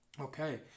Okay